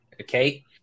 okay